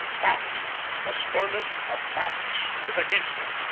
fact the sternest of facts is against it.